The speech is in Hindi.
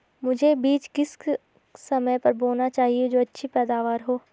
मुझे बीज किस समय पर बोना चाहिए जो अच्छी पैदावार हो?